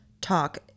talk